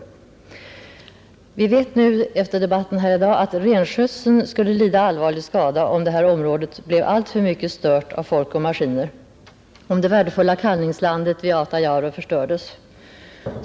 Vi vet efter debatten i dag att renskötseln skulle lida allvarlig skada, om området blev alltför mycket stört av folk och maskiner och om det värdefulla kalvningslandet vid Autajaure förstördes.